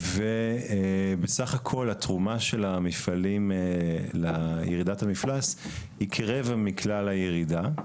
ובסך הכל התרומה של המפעלים לירידת המפלס היא כרבע מכלל הירידה,